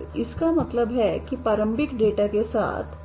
तो इसका मतलब है कि प्रारंभिक डेटा के साथ